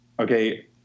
okay